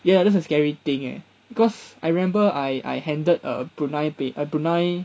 ya that's a scary thing eh because I remember I I handled a brunei p~ a brunei